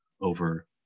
over